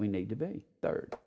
we need to be third